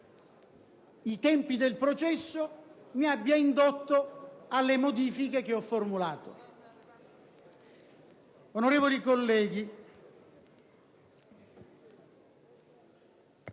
i tempi del processo - mi abbia indotto alle modifiche che ho formulato.